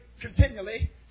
continually